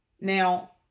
Now